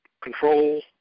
control